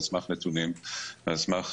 על סמך נתונים ו-evidence-based,